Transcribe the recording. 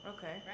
Okay